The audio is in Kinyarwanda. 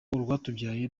urwatubyaye